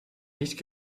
nicht